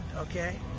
okay